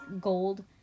gold